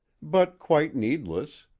but quite needless.